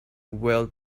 well